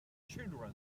children